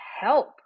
help